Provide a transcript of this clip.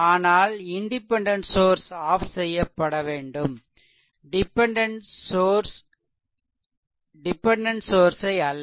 ஆனால் independent source off செய்யவேண்டும் dependent source ஐ அல்ல